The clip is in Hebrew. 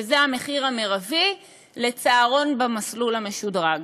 שזה המחיר המרבי לצהרון במסלול המשודרג.